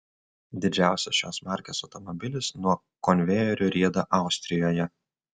didžiausias šios markės automobilis nuo konvejerių rieda austrijoje